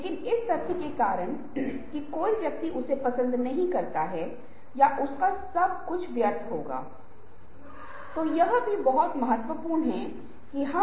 इसलिए संसाधनों को व्यवस्थित करें अगला पहला काम पहले करें मुश्किल काम पहले ताकि तनाव ना हो